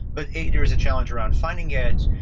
but, a, there's a challenge around finding it.